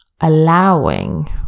allowing